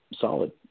solid